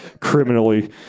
criminally